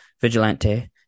vigilante